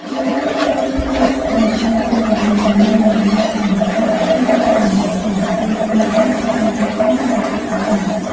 យប់មួយទ្រង់ផ្ទំនៅក្នុងខ្ទមតូចមួយ ជាមួយនឹងតាចាស់ម្នាក់ ហើយទ្រង់ព្រះតម្រិះថា ព្រះមាតាព្រះបិតាអញសុគតអស់ហើយ។